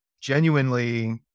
genuinely